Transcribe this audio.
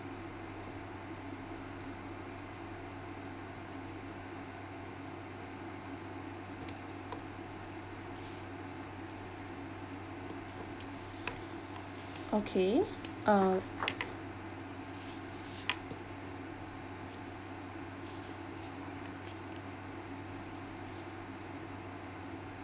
okay uh